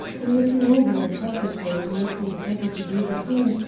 in looking over them preparatory to making a present to gilbertine,